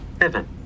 Evan